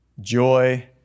joy